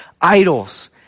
idols